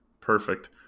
Perfect